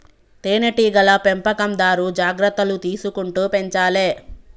తేనె టీగల పెంపకందారు జాగ్రత్తలు తీసుకుంటూ పెంచాలే